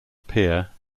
appear